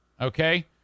Okay